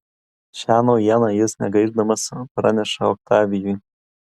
šią naujieną jis negaišdamas praneša oktavijui